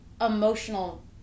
emotional